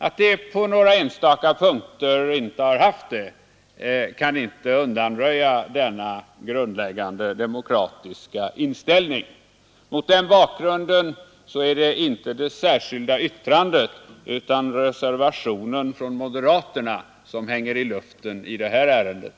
Att dess beslut på några enstaka punkter inte har haft det kan inte undanröja denna grundläggande, demokratiska inställning. Mot den bakgrunden är det inte det särskilda yttrandet utan reservationen från moderaterna som hänger i luften i det här avseendet.